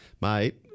mate